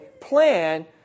plan